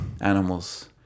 animals